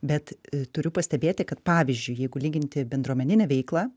bet turiu pastebėti kad pavyzdžiui jeigu lyginti bendruomeninę veiklą